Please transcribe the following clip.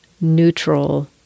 neutral